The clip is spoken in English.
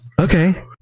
okay